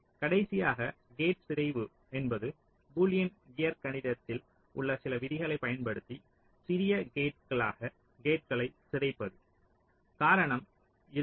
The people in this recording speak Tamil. கடைசியாக கேட் சிதைவு என்பது பூலியன் இயற்கணிதத்தில் உள்ள சில விதிகளை பயன்படுத்தி சிறிய கேட்களாக கேட்களை சிதைப்பது காரணம் இரண்டு